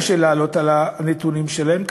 קשה לעלות על הנתונים שלהם.